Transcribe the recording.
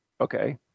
Okay